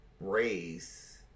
race